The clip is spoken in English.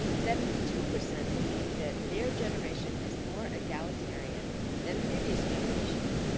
seventy two percent believe that their generation is more egalitarian than previous generations.